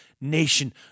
nation